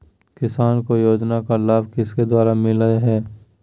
किसान को योजना का लाभ किसके द्वारा मिलाया है?